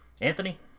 Anthony